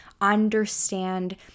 understand